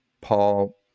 Paul